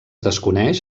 desconeix